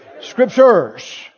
Scriptures